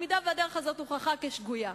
אם הדרך הזאת הוכחה כשגויה.